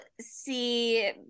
see